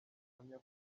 ahamya